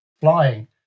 flying